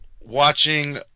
watching